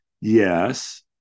Yes